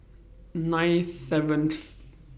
nine seventh